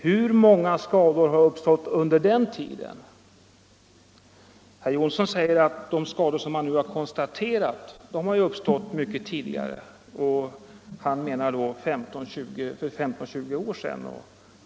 Herr Johnsson säger att de skador som man har konstaterat har uppstått mycket tidigare, och han menar för 15 å 20 år sedan.